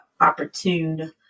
opportune